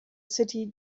city